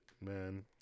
man